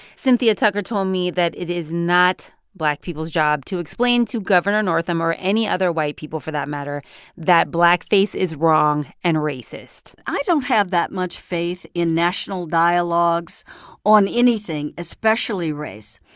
cynthia tucker told me that it is not black people's job to explain to governor northam or any other white people, for that matter that blackface is wrong and racist i don't have that much faith in national dialogues on anything, especially race.